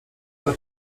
ale